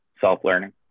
self-learning